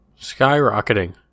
Skyrocketing